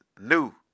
new